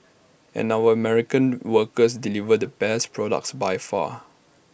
and our American workers deliver the best products by far